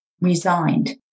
resigned